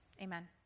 Amen